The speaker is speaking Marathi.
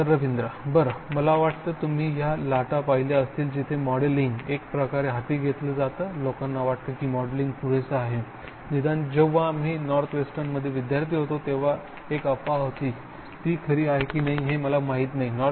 प्रोफेसर रवींद्र बरं मला वाटतं तुम्ही या लाटा पाहिल्या असतील जिथे मॉडेलिंग एकप्रकारे हाती घेतलं जातं लोकांना वाटतं की मॉडेलिंग पुरेसं आहे निदान जेव्हा आम्ही नॉर्थवेस्टर्नमध्ये विद्यार्थी होतो तेव्हा एक अफवा होती ती खरी आहे की नाही हे मला माहीत नाही